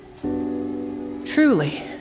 Truly